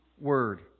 word